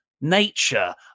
nature